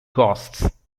costs